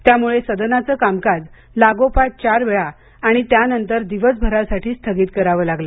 त्यामुळे सदनाचं कामकाज लागोपाठ चार वेळा आणि त्यानंतर दिवसभरासाठी स्थगित करावं लागलं